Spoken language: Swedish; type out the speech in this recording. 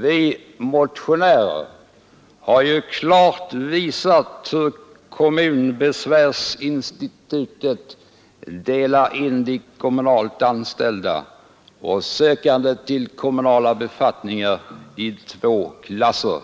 Vi motionärer har ju klart visat hur kommunalbesvärsinstitutet delar in de kommunalt anställda och sökande till kommunala befattningar i två klasser.